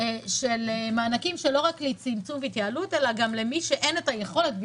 של מענקים שהם לא רק לצמצום והתייעלות אלא למי שאין את היכולת,